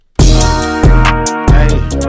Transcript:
Hey